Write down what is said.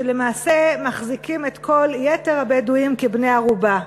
שלמעשה מחזיקים את כל יתר הבדואים כבני ערובה.